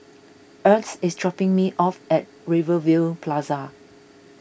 Ernst is dropping me off at Rivervale Plaza